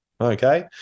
okay